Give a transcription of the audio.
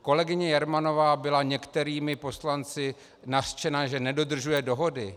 Kolegyně Jermanová byla některými poslanci nařčena, že nedodržuje dohody.